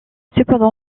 cependant